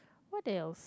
what the else